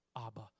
Abba